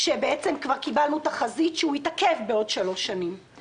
כאשר בעצם כבר קיבלנו תחזית שהוא יתעכב בעוד שלוש שנים;